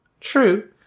True